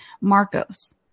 Marcos